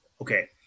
okay